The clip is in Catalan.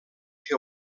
que